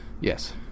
Yes